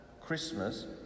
Christmas